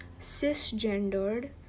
cisgendered